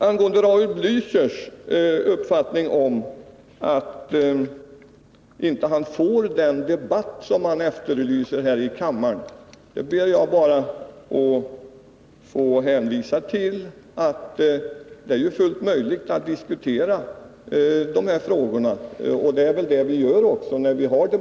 Angående Raul Blächers uppfattning att han inte får den debatt som han efterlyser här i kammaren ber jag bara att få hänvisa till att det är fullt möjligt att diskutera de här frågorna — och det är det vi gör också.